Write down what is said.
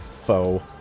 foe